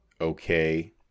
okay